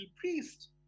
priest